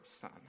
Son